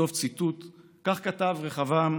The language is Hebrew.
כך כתב רחבעם